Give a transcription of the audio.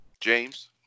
James